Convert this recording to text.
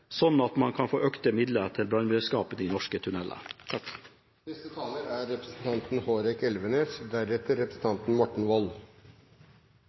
sånn at man kan få økte midler til brannberedskap i norske